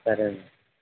సరే అండి